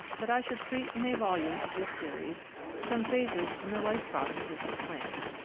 that i should treat in a volume of this series some phases in the life processes of plants.